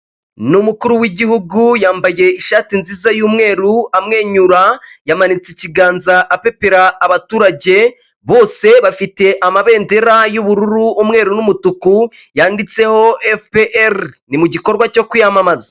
Ni umukuru w'igihugu yambaye ishati nziza y'umweru amwenyura, yamanitse ikiganza apepera abaturage bose bafite amabendera y'ubururu, umweru n'umutuku yanditseho Efuperi, ni mu gikorwa cyo kwiyamamaza.